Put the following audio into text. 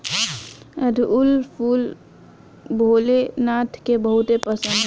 अढ़ऊल फूल भोले नाथ के बहुत पसंद ह